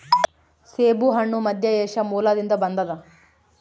ಸೇಬುಹಣ್ಣು ಮಧ್ಯಏಷ್ಯಾ ಮೂಲದಿಂದ ಬಂದದ